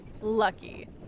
lucky